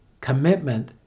commitment